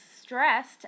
stressed